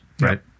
Right